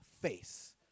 face